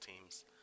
teams